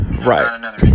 Right